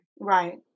Right